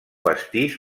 pastís